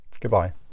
Goodbye